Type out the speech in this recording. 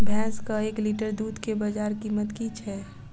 भैंसक एक लीटर दुध केँ बजार कीमत की छै?